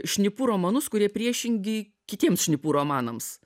šnipų romanus kurie priešingi kitiems šnipų romanams